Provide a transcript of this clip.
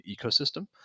ecosystem